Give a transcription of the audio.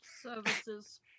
Services